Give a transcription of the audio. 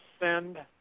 send